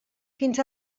fins